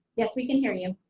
yes we can hear you.